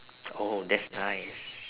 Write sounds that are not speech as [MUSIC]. [NOISE] oh that's nice